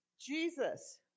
Jesus